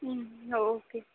ம் ஓகே